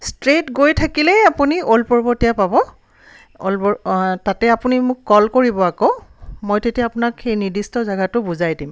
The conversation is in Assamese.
ষ্ট্ৰেট গৈ থাকিলেই আপুনি অল্ড পৰ্বতীয়া পাব অল্ড তাতে আপুনি মোক কল কৰিব আকৌ মই তেতিয়া আপোনাক সেই নিৰ্দিষ্ট জেগাটো বুজাই দিম